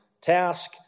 task